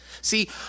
See